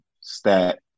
stat